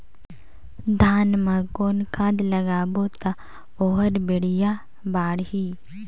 धान मा कौन खाद लगाबो ता ओहार बेडिया बाणही?